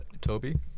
Toby